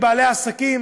בעלי העסקים,